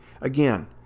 Again